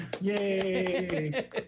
yay